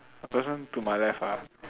the person to my left ah